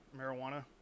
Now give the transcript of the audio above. marijuana